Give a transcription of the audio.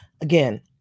Again